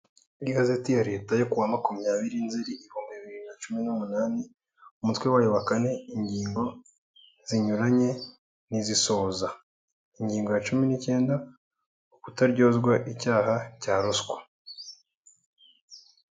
Igazeti ya leta yo ku wa makumyabiri Nzeri Ibihumbi bibiri na cumi n'umunani umutwe wayo wa kane ingingo zinyuranye n'izisohoza ingingo ya cumi n'icyenda kutaryozwa icyaha cya ruswa.